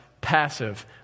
passive